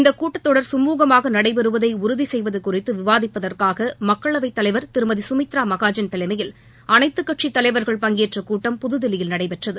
இந்த கூட்டத்தொடர் கமூகமாக நடைபெறுவதை உறுதிசெய்வது குறித்து விவாதிப்பதற்காக மக்களவைத்தலைவர் திருமதி சுமித்ரா மகாஜன் தலைமையில் அனைத்துக்கட்சித்தலைவர்கள் பங்கேற்ற கூட்டம் புதுதில்லியில் நடைபெற்றது